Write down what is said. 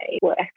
work